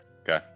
Okay